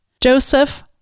Joseph